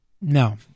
No